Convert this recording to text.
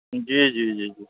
जी जी जी जी